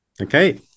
Okay